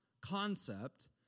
concept